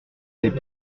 s’est